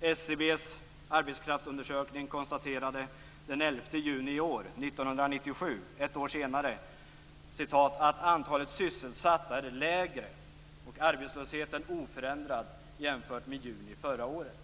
I SCB:s arbetskraftsundersökning konstaterade man den 11 juli i år, 1997, dvs. ett år senare, att "antalet sysselsatta är lägre och arbetslösheten oförändrad jämfört med juni förra året".